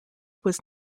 was